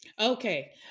Okay